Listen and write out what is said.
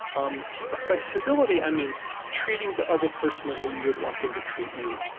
um but by civility, i mean treating the other person the way you would want them to treat you.